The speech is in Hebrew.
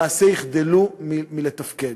למעשה יחדלו מלתפקד.